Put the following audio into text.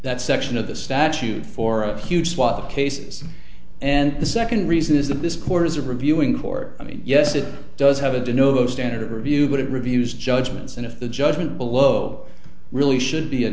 that section of the statute for a huge swath of cases and the second reason is that this court is reviewing court i mean yes it does have a dyno standard of review but it reviews judgments and if the judgment below really should be a